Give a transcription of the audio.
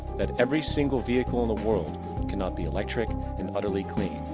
that every single vehicle in the world cannot be electric and utterly clean,